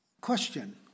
question